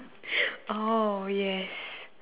oh yes